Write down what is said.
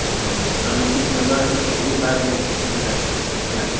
कहलहुॅं कि से हमरा आरके तऽ धूप भए गेलै खेती गृहस्ती केलिया